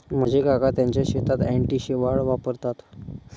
माझे काका त्यांच्या शेतात अँटी शेवाळ वापरतात